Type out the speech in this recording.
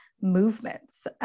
movements